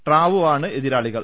ട്രാവുവാണ് എതിരാളികൾ